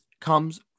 comes